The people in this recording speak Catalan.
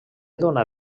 dóna